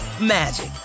magic